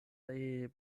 tre